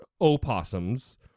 opossums